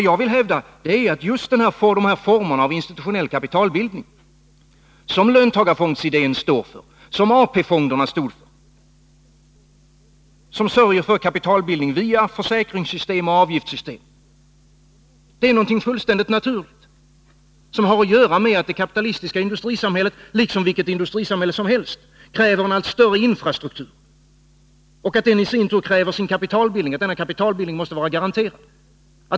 Jag vill hävda att just den form av institutionaliserad kapitalbildning som löntagarfondsidén står för och AP-fonderna stod för, där man sörjer för kapitalbildningen via försäkringssystem och avgiftssystem, är någonting fullständigt naturligt. Det har att göra med att det kapitalistiska industrisamhället, liksom vilket industrisamhälle som helst, kräver en allt större infrastruktur, att den i sin tur kräver sin kapitalbildning och att denna kapitalbildning måste vara garanterad.